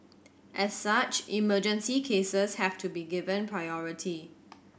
as such emergency cases have to be given priority